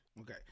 Okay